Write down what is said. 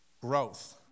growth